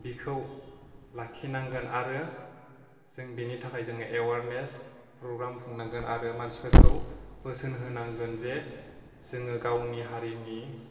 बिखौ लाखिनांगोन आरो जोंनि बेनि थाखाय जोङो एवारनेस प्रग्राम खुंगोन आरो मानसिफोरखौ बोसोन होनांगोन जे जोङो गावनि हारिनि